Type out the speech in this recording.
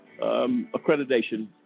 accreditation